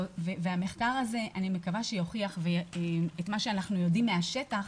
אני מקווה שהמחקר הזה יוכיח את מה שאנחנו יודעים מהשטח,